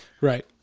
Right